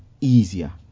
easier